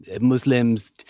Muslims